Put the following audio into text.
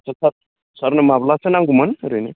आच्चा सारनो माब्लाथो नांगौमोन ओरैनो